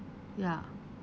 ya